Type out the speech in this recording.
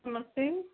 नमस्ते